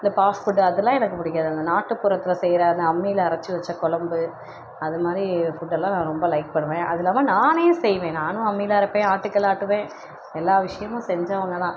இந்த fast food அதெலாம் எனக்கு பிடிக்காது அந்த நாட்டுப்புறத்தில் செய்கிற அந்த அம்மியில் அரைச்சி வச்ச குழம்பு அதுமாதிரி ஃபுட்டெல்லாம் நான் ரொம்ப லைக் பண்ணுவேன் அது இல்லாமல் நானே செய்வேன் நானும் அம்மியில் அரைப்பேன் ஆட்டுக்கல் ஆட்டுவேன் எல்லா விஷயமும் செஞ்சவங்கதான்